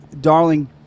Darling